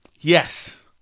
Yes